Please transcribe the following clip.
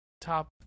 top